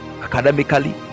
academically